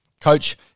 coach